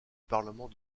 parlement